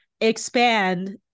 expand